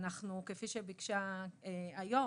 כפי שביקשה יושבת הראש,